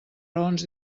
raons